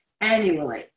annually